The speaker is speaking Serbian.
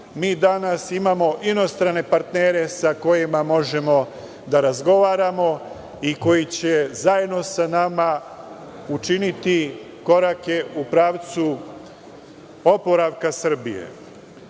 mi danas imamo inostrane partnere sa kojima možemo da razgovaramo i koji će zajedno sa nama učiniti korake u pravcu oporavka